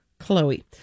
Chloe